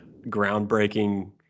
groundbreaking